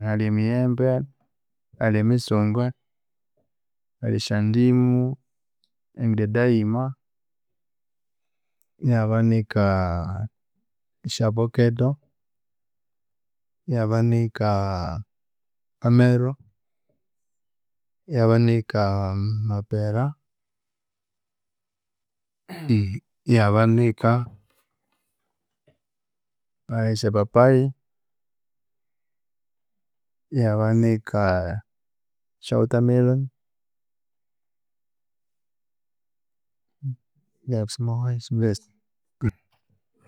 Hali emiyembe, hali emitsungwe, hali esya ndimu, ebidedeima, ihabanika esya vokado, ihabanika amero, ihabanika amapera, ihabanika, esyapapaya, ihabanika esya water mellon,